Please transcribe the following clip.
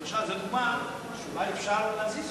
למשל זו דוגמה שבה אפשר להזיז קצת,